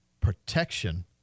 protection